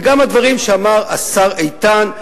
וגם הדברים שאמר השר איתן,